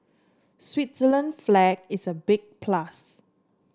Switzerland flag is a big plus